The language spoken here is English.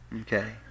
okay